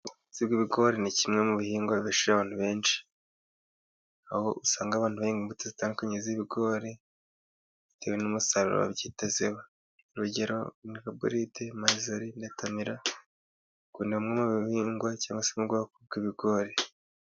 Ubuhinzi bw'ibigori ni kimwe mu bihingwa bibeshaho abantu benshi, aho usanga abantu bahinga imbuto zitandukanye z'ibigori bitewe n'umusaruro babyitazeho, urugero arogoriti, marizori na tamira ubwo ni bumwe mu ibihingwa cyangwa se mu bwoko bw'ibigori.